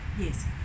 yes